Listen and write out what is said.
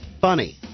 funny